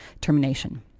termination